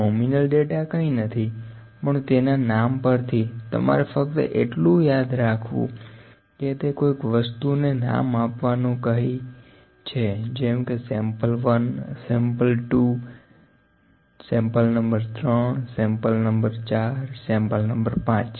nominal data કંઈ નથી પણ તેના નામ પરથી તમારે ફક્ત એટલું યાદ રાખવું કે તે કોઈક વસ્તુને નામ આપવાનું કહી છે જેમકે સેમ્પલ 1 સેમ્પલ 2 નંબર 3નંબર 4 નંબર 5